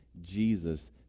Jesus